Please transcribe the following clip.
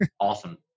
Awesome